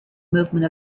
movement